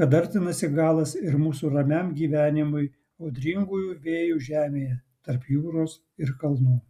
kad artinasi galas ir mūsų ramiam gyvenimui audringųjų vėjų žemėje tarp jūros ir kalnų